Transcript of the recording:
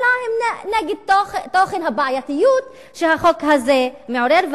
אלא הם נגד תוכן הבעייתיות שהחוק הזה מעורר,